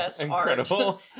incredible